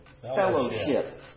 fellowship